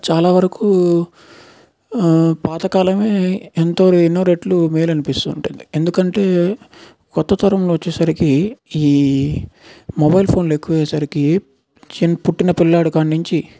చాలా వరకు పాత కాలం ఎంతో ఎన్నో రెట్లు మేలు అనిపిస్తుంది ఎందుకంటే కొత్త తరంలో వచ్చే సరికి ఈ మొబైల్ ఫోన్లు ఎక్కువయ్యే సరికి చిన్ పుట్టిన పిల్లాడి కాడ నుంచి